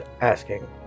asking